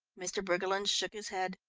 mr. briggerland shook his head.